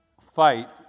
fight